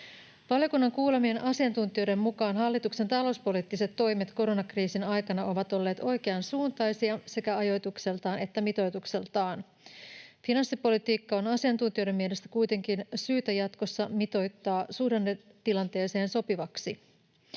Valiokunnan kuulemien asiantuntijoiden mukaan hallituksen talouspoliittiset toimet koronakriisin aikana ovat olleet oikeansuuntaisia sekä ajoitukseltaan että mitoitukseltaan. Finanssipolitiikka on asiantuntijoiden mielestä kuitenkin syytä jatkossa mitoittaa suhdannetilanteeseen sopivaksi.